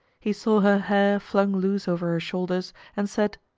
he saw her hair flung loose over her shoulders, and said,